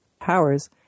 powers